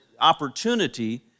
opportunity